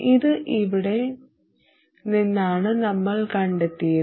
ഇത് എവിടെ നിന്നാണ് നമ്മൾ കണ്ടെത്തിയത്